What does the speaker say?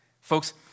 Folks